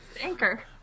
anchor